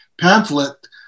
pamphlet